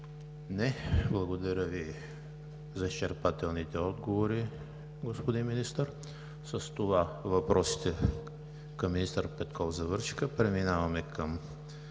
Не. Благодаря Ви за изчерпателните отговори, господин Министър. С това въпросите към министър Петков завършиха. Преминаваме към